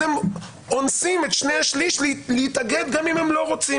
אז הם אונסים את שני השליש להתאגד גם אם הם לא רוצים.